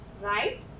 Right